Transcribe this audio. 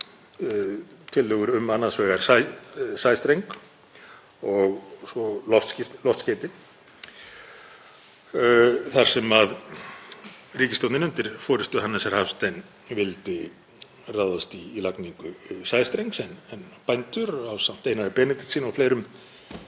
tillögur um annars vegar sæstreng og svo loftskeyti þar sem ríkisstjórn undir forystu Hannesar Hafsteins vildi ráðast í lagningu sæstrengs en bændur ásamt Einari Benediktssyni og fleirum